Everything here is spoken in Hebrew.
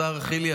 השר חילי,